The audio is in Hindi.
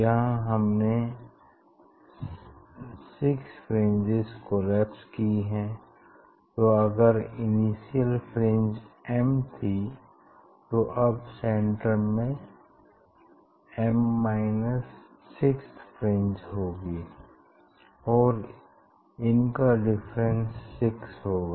यहाँ हमने 6 फ्रिंजेस कोलैप्स की हैं तो अगर इनिसिअल फ्रिंज m थी तो अब सेन्टर में th फ्रिंज होगी और इनका डिफरेंस 6 होगा